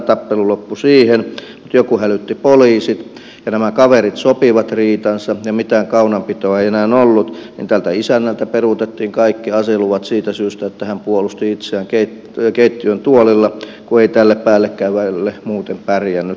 tappelu loppui siihen mutta joku hälytti poliisit ja nämä kaverit sopivat riitansa ja mitään kaunanpitoa ei enää ollut mutta tältä isännältä peruutettiin kaikki aseluvat siitä syystä että hän puolusti itseään keittiön tuolilla kun ei tälle päällekäyvälle muuten pärjännyt